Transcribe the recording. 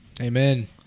Amen